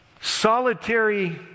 solitary